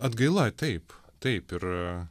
atgaila taip taip ir